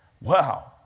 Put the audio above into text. Wow